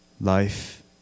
Life